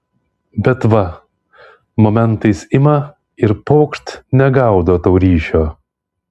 bet va momentais ima ir pokšt negaudo tau ryšio